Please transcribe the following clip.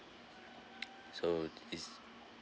so it's